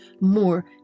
more